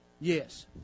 Yes